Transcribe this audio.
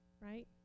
right